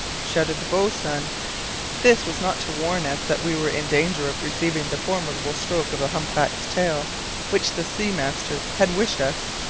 shouted the boatswain. this was not to warn us that we were in danger of receiving the formidable stroke of the humpback's tail which the sealing-master had wished us.